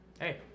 Hey